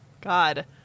God